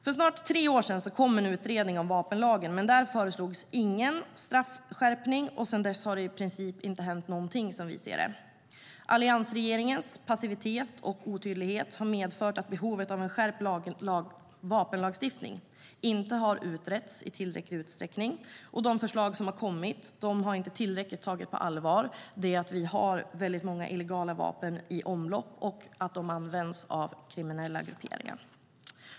För snart tre år sedan kom en utredning om vapenlagen, men där föreslogs ingen straffskärpning. Sedan dess har det i princip inte hänt någonting, som vi ser det. Alliansregeringens passivitet och otydlighet har medfört att behovet av en skärpt vapenlagstiftning inte har utretts i tillräcklig utsträckning, och de förslag som har kommit har inte tillräckligt tagit på allvar att vi har väldigt många illegala vapen i omlopp och att de används av kriminella grupperingar.